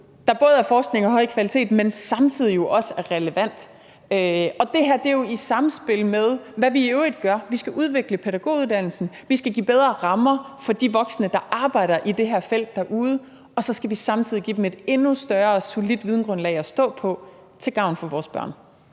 der både er forskning af høj kvalitet, men jo samtidig også er relevant. Det her er jo i samspil med, hvad vi i øvrigt gør. Vi skal udvikle pædagoguddannelsen, vi skal give bedre rammer for de voksne, der arbejder i det her felt derude, og så skal vi samtidig give dem et endnu større og solidt videngrundlag at stå på til gavn for vores børn.